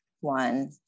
one